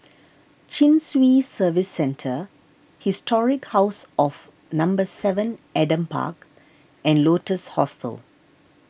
Chin Swee Service Centre Historic House of number Seven Adam Park and Lotus Hostel